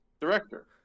director